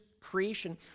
Creation